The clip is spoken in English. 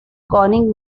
calling